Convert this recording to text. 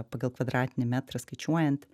pagal kvadratinį metrą skaičiuojant